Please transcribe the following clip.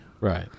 Right